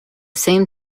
same